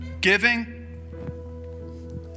giving